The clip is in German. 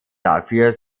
dafür